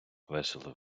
весело